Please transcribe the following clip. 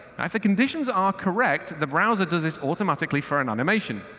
like the conditions are correct, the browser does this automatically for and animation.